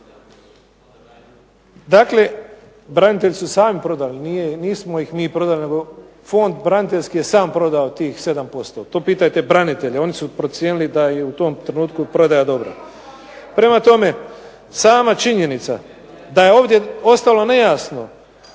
dakle branitelji su sami prodali, nismo ih mi prodali nego Fond branitelja je sam prodao tih 7%. To pitajte branitelje. Oni su procijenili da je u tom trenutku prodaja dobra. Prema tome, sama činjenica da je ovdje ostalo nejasno